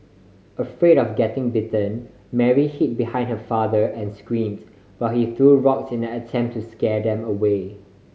afraid of getting bitten Mary hid behind her father and screamed while he threw rocks in an attempt to scare them away